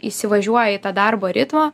įsivažiuoja į tą darbo ritmą